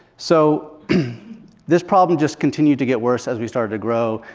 so this problem just continued to get worse as we start to grow.